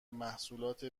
محصولات